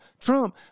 Trump